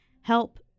help